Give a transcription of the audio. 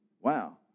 wow